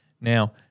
Now